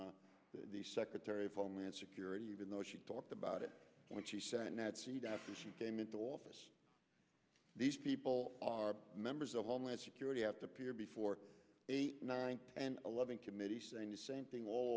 from the secretary of homeland security even though she talked about it when she sat in that seat after she came into office these people are members of homeland security have to appear before nine and eleven committee saying the same thing all